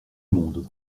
monde